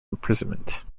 imprisonment